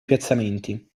piazzamenti